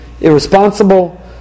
irresponsible